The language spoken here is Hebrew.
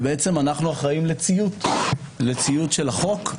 בעצם אנו אחראים לציות של החוק.